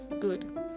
good